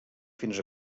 fins